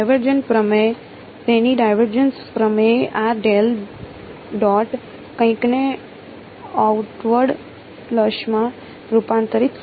divergence પ્રમેય તેથી divergence પ્રમેય આ ડેલ ડોટ કંઈકને આઉટવોર્ડ ફલક્સમાં રૂપાંતરિત કરશે